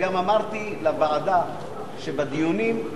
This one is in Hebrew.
וגם אמרתי לוועדה שבדיונים,